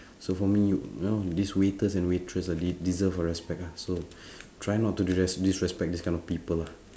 so for me you know these waiters and waitress they they deserve our respect ah so try not to dis~ disrespect these kind of people lah